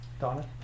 Donna